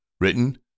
Written